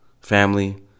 family